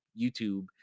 YouTube